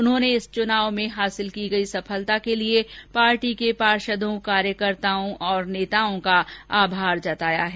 उन्होंने इस चुनाव में हासिल की गई सफलता के लिए पार्टी के पार्षदों कार्यकर्ताओं और नेताओं का आभार जताया है